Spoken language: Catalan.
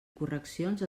correccions